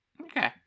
Okay